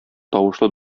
тавышлы